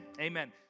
amen